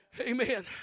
amen